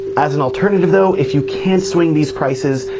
as an alternative though, if you can't swing these prices,